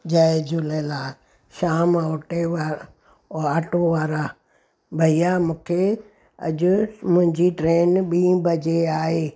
जय झूलेलाल श्याम ऑटे वार ऑटो वारा भैया मूंखे अॼु मुंहिंजी ट्रेन ॿी बजे आहे